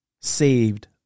saved